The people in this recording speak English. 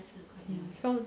so